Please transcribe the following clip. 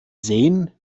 sehen